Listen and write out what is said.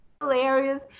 hilarious